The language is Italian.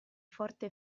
forte